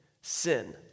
sin